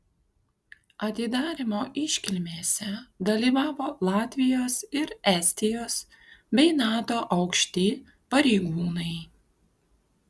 atidarymo iškilmėse dalyvavo latvijos ir estijos bei nato aukšti pareigūnai